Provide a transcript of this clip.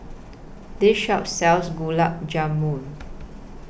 This Shop sells Gulab Jamun